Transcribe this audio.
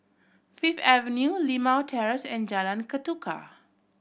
Fifth Avenue Limau Terrace and Jalan Ketuka